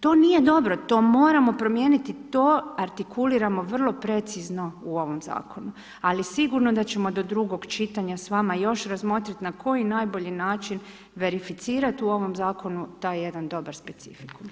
To nije dobro, to moramo promijeniti, to artikuliramo vrlo precizno ali sigurno da ćemo do drugog čitanja s vama još razmotriti na koji najbolji način verificirati u ovom zakonu taj jedan dobar specifikum.